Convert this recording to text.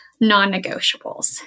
non-negotiables